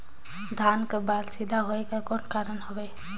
धान कर बायल सीधा होयक कर कौन कारण हवे?